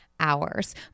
hours